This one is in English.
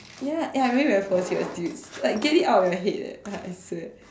ya eh I really very poor serious dude like get it out of your head eh I swear